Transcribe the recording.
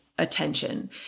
attention